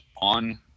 on